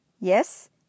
Yes